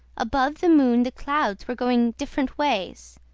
above the moon the clouds were going different ways.